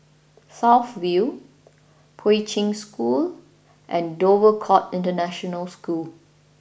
South View Poi Ching School and Dover Court International School